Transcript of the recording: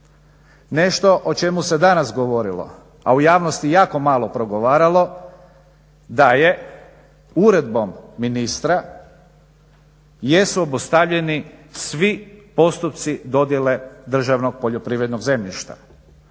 Nešto o čemu se danas govorilo, a u javnosti jako malo progovaralo da je uredbom ministra jesu obustavljeni svi postupci dodjele državnog poljoprivrednog zemljišta.